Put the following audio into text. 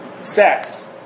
sex